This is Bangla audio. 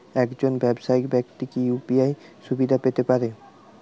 একজন ব্যাবসায়িক ব্যাক্তি কি ইউ.পি.আই সুবিধা পেতে পারে?